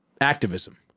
activism